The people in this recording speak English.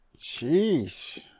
Jeez